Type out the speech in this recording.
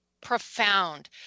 profound